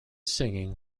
singing